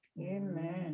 Amen